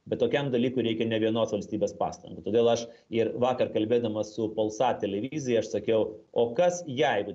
bet tokiam dalykui reikia ne vienos valstybės pastangų todėl aš ir vakar kalbėdamas su polsa televizija aš sakiau o kas jeigu